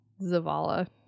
Zavala